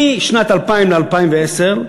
משנת 2000 ל-2010,